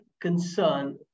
concern